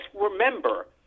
remember